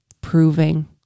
proving